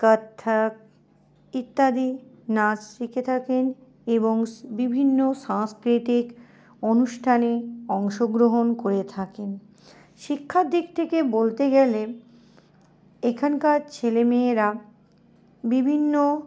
কত্থক ইত্যাদি নাচ শিখে থাকেন এবং বিভিন্ন সাংস্কৃতিক অনুষ্ঠানে অংশগ্রহণ করে থাকেন শিক্ষার দিক থেকে বলতে গেলে এখানকার ছেলেমেয়েরা বিভিন্ন